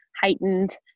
heightened